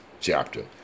chapter